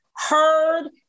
heard